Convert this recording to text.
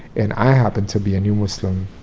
and i happened to be a new muslim,